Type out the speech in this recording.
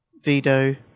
Vido